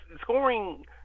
scoring –